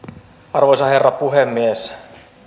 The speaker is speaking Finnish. arvoisa herra puhemies